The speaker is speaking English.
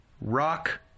Rock